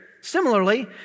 similarly